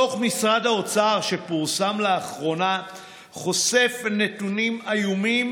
דוח משרד האוצר שפורסם לאחרונה חושף נתונים איומים,